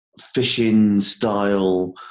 fishing-style